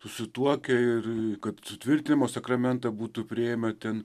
susituokę ir kad sutvirtinimo sakramentą būtų priėmę ten